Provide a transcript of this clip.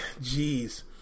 Jeez